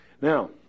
Now